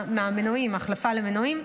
בהחלפת המנועים.